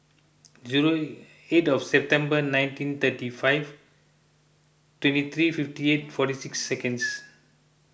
zero eight of September nineteen thirty five twenty three fifty eight forty six seconds